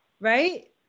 Right